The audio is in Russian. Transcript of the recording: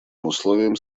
условием